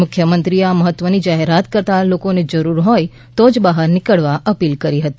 મુખ્યમંત્રીએ આ મહત્વની જાહેરત કરતાં લોકોને જરૂર હોય તો જ બહાર નીકળવાની અપીલ કરી હતી